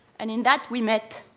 and in that, we met,